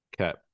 Okay